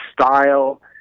style